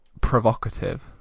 provocative